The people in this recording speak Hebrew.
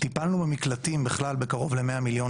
טיפלנו במקלטים בכלל בקרוב ל-100 מיליון